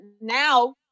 now